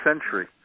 century